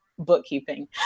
Bookkeeping